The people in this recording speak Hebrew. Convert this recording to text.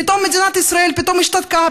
פתאום מדינת ישראל השתתקה.